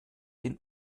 den